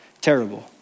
terrible